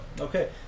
Okay